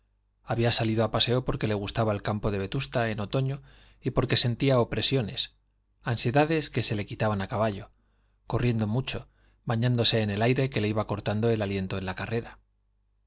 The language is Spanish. había salido a paseo porque le gustaba el campo de vetusta en otoño y porque sentía opresiones ansiedades que se le quitaban a caballo corriendo mucho bañándose en el aire que le iba cortando el aliento en la carrera